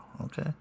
okay